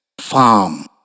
farm